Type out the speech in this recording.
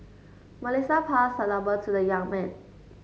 Melissa passed her number to the young man